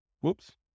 Whoops